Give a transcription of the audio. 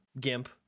gimp